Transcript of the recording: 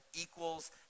equals